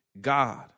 God